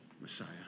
Messiah